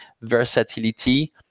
versatility